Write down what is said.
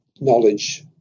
knowledge